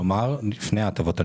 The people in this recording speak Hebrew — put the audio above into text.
לפני ההטבות הנלוות.